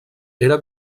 era